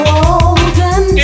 Golden